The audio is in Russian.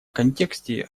контексте